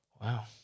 Wow